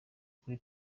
kuri